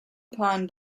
upon